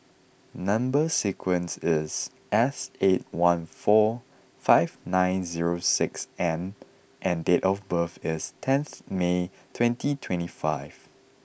number sequence is S eight one four five nine zero six N and date of birth is tenth May twenty twenty five